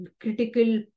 critical